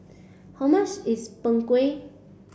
how much is Png Kueh